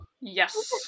Yes